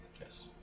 Yes